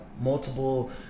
multiple